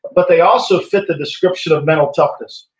but they also fit the description of mental toughness.